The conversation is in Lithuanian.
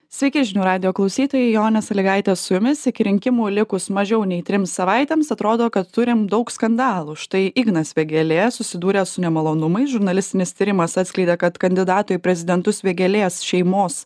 sveiki žinių radijo klausytojai jonė sąlygaitė su jumis iki rinkimų likus mažiau nei trims savaitėms atrodo kad turim daug skandalų štai ignas vėgėlė susidūrė su nemalonumais žurnalistinis tyrimas atskleidė kad kandidato į prezidentus vėgėlės šeimos